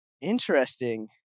Interesting